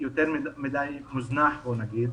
יותר מדי מוזנח, בוא נגיד,